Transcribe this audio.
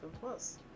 plus